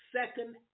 second